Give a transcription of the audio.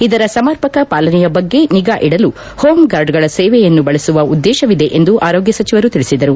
ಇದರ ಸಮರ್ಪಕ ಪಾಲನೆಯ ಬಗ್ಗೆ ನಿಗಾ ಇಡಲು ಹೋಮ್ ಗಾರ್ಡ್ಗಳ ಸೇವೆಯನ್ನು ಬಳಸುವ ಉದ್ದೇಶವಿದೆ ಎಂದು ಆರೋಗ್ಯ ಸಚಿವರು ತಿಳಿಸಿದರು